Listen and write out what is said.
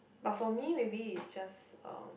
but for me maybe it's just um